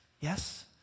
Yes